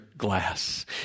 glass